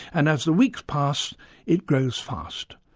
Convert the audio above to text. and as the weeks pass it grows fast.